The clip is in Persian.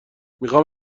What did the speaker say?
میخام